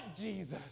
Jesus